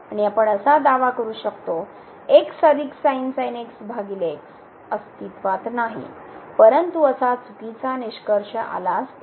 आणि आपण असा दावा करू शकतो अस्तित्वात नाही परंतु असा चुकीचा निष्कर्ष आला असता